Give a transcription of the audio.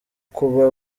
kuba